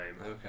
okay